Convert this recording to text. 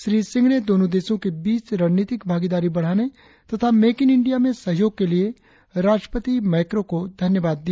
श्री सिंह ने दोनों देशों के बीच रणनीतिक भागीदारी बढ़ाने तथा मेक इन इंडिया में सहयोग के लिए राष्ट्रपति मैक्रो को धन्यवाद दिया